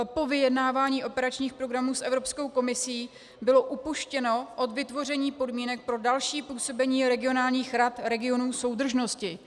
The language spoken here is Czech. Po vyjednávání operačních programů s Evropskou komisí bylo upuštěno od vytvoření podmínek pro další působení regionálních rad regionů soudržnosti.